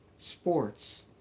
sports